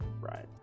right